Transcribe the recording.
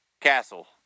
castle